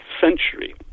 century